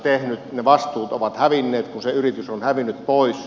ne vastuut ovat hävinneet kun se yritys on hävinnyt pois